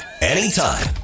anytime